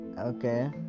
Okay